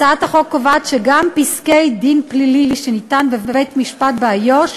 הצעת החוק קובעת שגם פסק-דין פלילי שניתן בבית-משפט באיו"ש